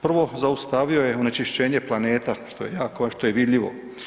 Prvo, zaustavio je onečišćenje planeta, što je jako, a što je vidljivo.